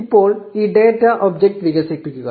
ഇപ്പോൾ ഈ data object വികസിപ്പിക്കുക